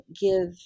give